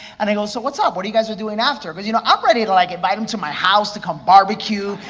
and i go, so what's up, what are you guys doing after? but, you know i'm ready to like invite him to my house, to come barbecue,